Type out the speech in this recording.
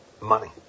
money